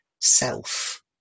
self